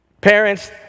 Parents